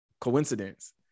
coincidence